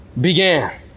began